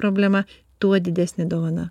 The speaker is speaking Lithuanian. problema tuo didesnė dovana